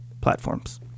platforms